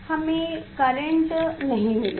हमें करंट नहीं मिलेगा